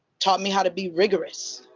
taught me how to be rigorous.